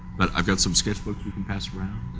but i've got some sketchbook you can pass around.